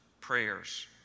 prayers